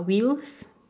wheels